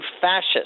fascist